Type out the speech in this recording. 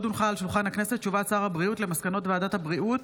הודעת שר הבריאות על מסקנות ועדת הבריאות